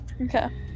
Okay